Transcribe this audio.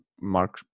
Mark